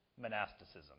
monasticism